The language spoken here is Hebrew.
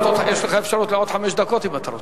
יש לך אפשרות לעוד חמש דקות, אם אתה רוצה.